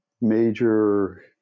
major